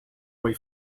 way